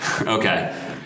Okay